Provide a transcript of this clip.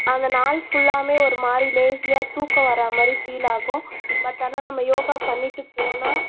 அந்த நாள் ஃபுல்லாவுமே ஒருமாதிரி லேஸியாக தூக்கம் வர்றாமாதிரி ஃபீல் ஆகும் பட் ஆனால் நம்ம யோகா பண்ணிட்டு போனால்